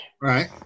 Right